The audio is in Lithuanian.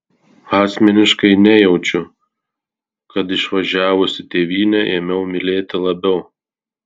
asmeniškai nejaučiu kad išvažiavusi tėvynę ėmiau mylėti labiau